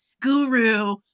guru